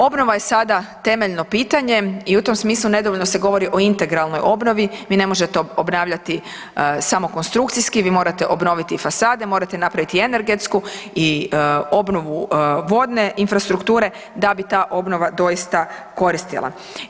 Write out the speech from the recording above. Obnova je sada temeljno pitanje i u tom smislu nedovoljno se govori o integralnoj obnovi, vi ne možete obnavljati samo konstrukcijski, vi morate obnoviti i fasade, morate napraviti i energetsku i obnovu vodne infrastrukture, da bi ta obnova doista koristila.